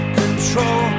control